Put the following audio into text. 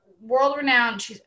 world-renowned